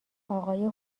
آقای